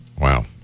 Wow